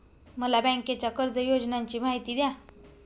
मला बँकेच्या कर्ज योजनांची माहिती द्या